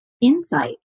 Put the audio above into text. insight